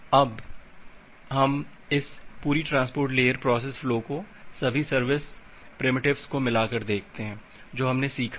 अब हम इस पूरी ट्रांसपोर्ट लेयर प्रोसेस फ़्लो को सभी सर्विस प्रिमिटिवस को मिला कर देखते हैं जो हमने सीखी है